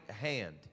hand